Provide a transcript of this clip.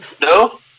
No